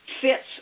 fits